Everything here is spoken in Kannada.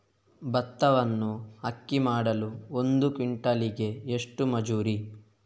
ಭತ್ತವನ್ನು ಅಕ್ಕಿ ಮಾಡಲು ಒಂದು ಕ್ವಿಂಟಾಲಿಗೆ ಎಷ್ಟು ಮಜೂರಿ?